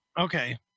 Okay